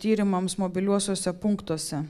tyrimams mobiliuosiuose punktuose